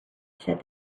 said